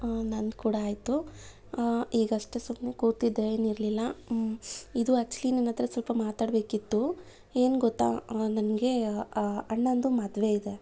ನಂದು ಕೂಡ ಆಯಿತು ಈಗಷ್ಟೆ ಸುಮ್ಮನೆ ಕೂತಿದ್ದೆ ಏನಿರಲಿಲ್ಲ ಇದು ಆ್ಯಕ್ಚುಲಿ ನಿನ್ನ ಹತ್ರ ಸ್ವಲ್ಪ ಮಾತಾಡಬೇಕಿತ್ತು ಏನು ಗೊತ್ತಾ ನನಗೆ ಅಣ್ಣನದ್ದು ಮದುವೆ ಇದೆ